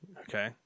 Okay